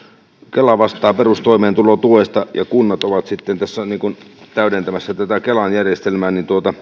kela vastaa perustoimeentulotuesta ja kunnat ovat tässä täydentämässä tätä kelan järjestelmää